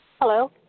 Hello